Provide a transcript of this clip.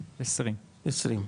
נו,